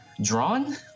drawn